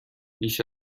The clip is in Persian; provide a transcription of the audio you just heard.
بیش